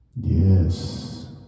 Yes